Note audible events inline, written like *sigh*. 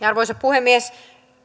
*unintelligible* arvoisa puhemies